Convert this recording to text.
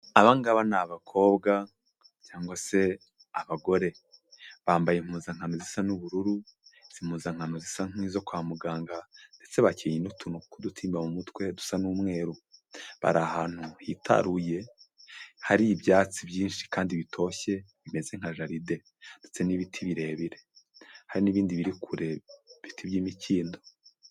Aba ngabo ni abakobwa cyangwa se abagore. Bambaye impuzankano zisa n'ubururu, izi mpuzankano zisa nk'izo kwa muganga ndetse bakenyeye n'utuntu tw'udutimba mu mutwe dusa n'umweru. Bari ahantu hitaruye hari ibyatsi byinshi kandi bitoshye bimeze nka nka jaride ndetse n'ibiti birebire, hari n'ibindi biri kure ibiti by'imikindo.